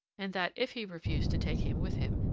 and that, if he refused to take him with him,